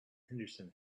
henderson